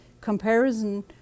comparison